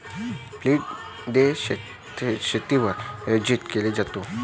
field day शेतावर आयोजित केला जातो